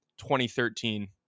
2013